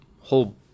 whole